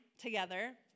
together